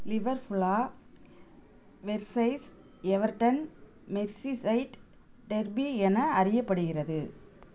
liver ஃபுல்லா versus Everton Merseyside derby என அறியப்படுகிறது